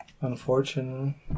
Unfortunately